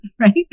Right